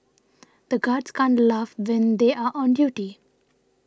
the guards can't laugh when they are on duty